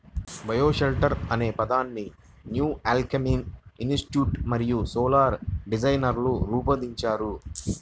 bioshelter అనే పదాన్ని New Alchemy Institute మరియు సోలార్ డిజైనర్లు రూపొందించారు